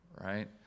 right